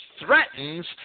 threatens